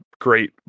great